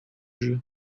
jeu